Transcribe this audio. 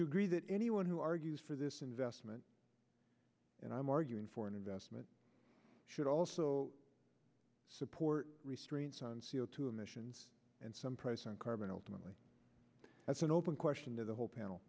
you agree that anyone who argues for this investment and i'm arguing for an investment should also support restraints on c o two emissions and some price on carbon ultimately that's an open question to the whole panel